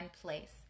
place